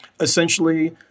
Essentially